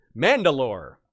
mandalore